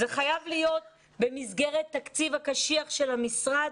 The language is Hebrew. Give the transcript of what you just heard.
זה חייב להיות במסגרת התקציב הקשיח של המשרד.